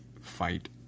fight